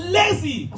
lazy